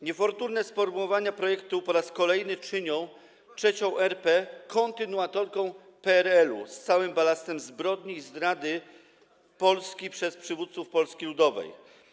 Niefortunne sformułowania projektu po raz kolejny czynią III RP kontynuatorką PRL-u z całym balastem zbrodni i zdrady Polski przez przywódców Polski Ludowej.